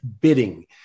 bidding